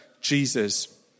Jesus